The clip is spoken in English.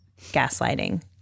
gaslighting